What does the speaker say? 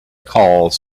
calls